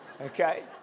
Okay